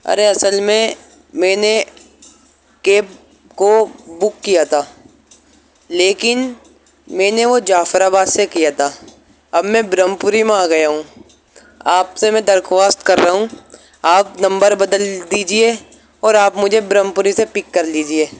ارے اصل میں میں نے کیب کو بک کیا تھا لیکن میں نے وہ جعفرآباد سے کیا تھا اب میں برہمپوری میں آ گیا ہوں آپ سے میں درخواست کر رہا ہوں آپ نمبر بدل دیجیے اور آپ مجھے برہمپوری سے پک کر لیجیے